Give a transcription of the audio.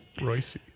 Royce